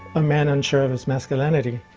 a man unsure of his masculinity.